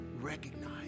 recognize